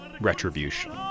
retribution